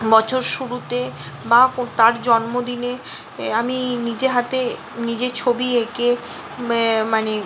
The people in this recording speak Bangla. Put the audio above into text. বছর শুরুতে বা ও তার জন্মদিনে এ আমি নিজে হাতে নিজে ছবি এঁকে মানে